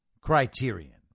criterion